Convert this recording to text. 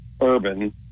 Urban